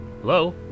Hello